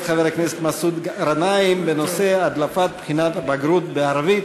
חבר הכנסת מסעוד גנאים בנושא: הדלפת בחינת הבגרות בעברית.